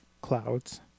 clouds